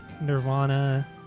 Nirvana